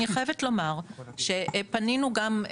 אני חייבת לומר שפנינו גם,